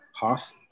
half